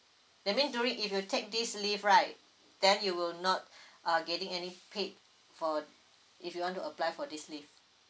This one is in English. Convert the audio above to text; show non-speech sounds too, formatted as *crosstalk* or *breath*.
that mean during if you take this leave right then you will not *breath* uh getting any paid for if you want to apply for this leave